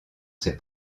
ses